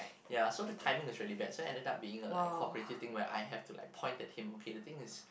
yeah so the timing is really bad so end up being a like a cooperative thing where I have to point at him okay the thing is